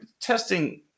testing